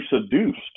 seduced